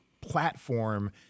platform